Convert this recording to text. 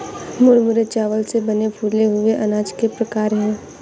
मुरमुरे चावल से बने फूले हुए अनाज के प्रकार है